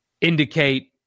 indicate